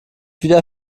wieder